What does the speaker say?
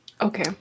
Okay